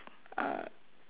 uh